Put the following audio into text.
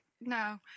no